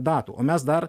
datų o mes dar